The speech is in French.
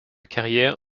carrière